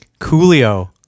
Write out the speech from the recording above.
Coolio